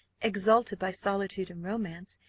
exalted by solitude and romance,